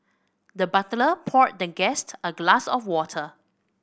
the butler poured the guest a glass of water